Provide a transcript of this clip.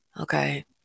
okay